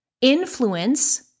influence